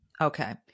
okay